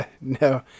No